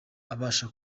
abasha